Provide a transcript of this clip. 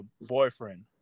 boyfriend